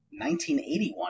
1981